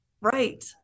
Right